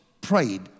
prayed